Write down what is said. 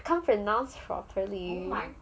can't pronounce properly man